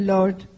Lord